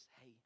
hey